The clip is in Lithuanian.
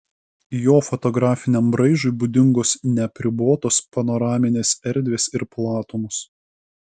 jo fotografiniam braižui būdingos neapribotos panoraminės erdvės ir platumos